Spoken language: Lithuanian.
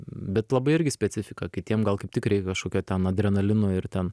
bet labai irgi specifika kitiem gal kaip tik reik kažkokio ten adrenalino ir ten